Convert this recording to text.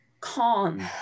calm